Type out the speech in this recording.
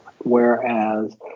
Whereas